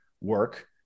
work